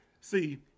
See